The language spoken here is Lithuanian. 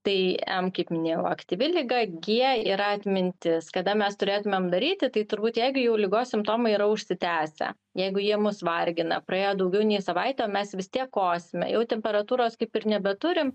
tai m kaip minėjau aktyvi liga g yra atmintis kada mes turėtumėm daryti tai turbūt jeigu jau ligos simptomai yra užsitęsę jeigu jie mus vargina praėjo daugiau nei savaitė o mes vis tiek kovosime jau temperatūros kaip ir nebeturim